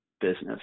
business